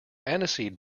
aniseed